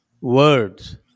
words